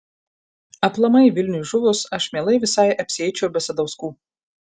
aplamai vilniui žuvus aš mielai visai apsieičiau be sadauskų